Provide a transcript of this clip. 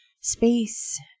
space